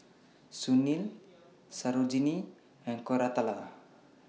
Sunil Sarojini and Koratala